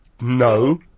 No